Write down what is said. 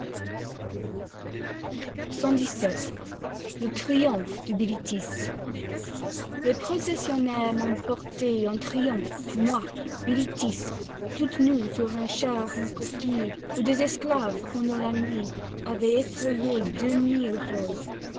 le triomphe de bilitis les processionnaires m'ont portée en triomphe moi bilitis toute nue sur un char en coquille où des esclaves pendant la nuit avaient